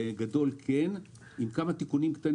אם מנכ"ל הדואר מרוצה מאוד ממה שהולך לקרות,